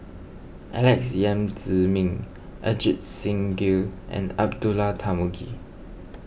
Alex Yam Ziming Ajit Singh Gill and Abdullah Tarmugi